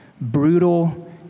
brutal